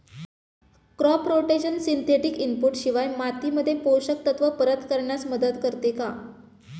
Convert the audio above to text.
Crop rotation synthetic input शिवाय मातीमध्ये पोषक तत्त्व परत करण्यास मदत करते का?